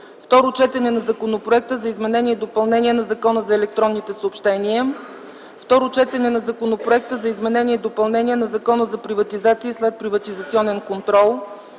Второ четене на Законопроекта за изменение и допълнение на Закона за електронните съобщения. 2. Второ четене на Законопроекта за изменение и допълнение на Закона за приватизация и следприватизационен контрол.